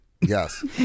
Yes